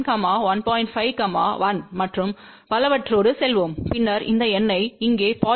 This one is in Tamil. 5 1 மற்றும் பலவற்றோடு செல்வோம் பின்னர் இந்த எண்ணை இங்கே 0